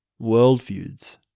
worldviews